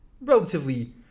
relatively